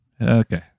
Okay